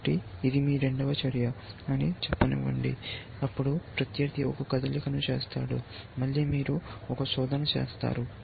కాబట్టి ఇది మీ రెండవ చర్య అని చెప్పనివ్వండి అప్పుడు ప్రత్యర్థి ఒక కదలికను చేస్తాడు మళ్ళీ మీరు ఒక శోధన చేస్తారు